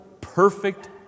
perfect